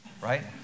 right